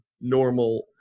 normal